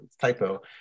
typo